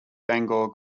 bangor